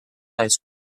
ice